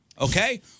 Okay